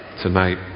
tonight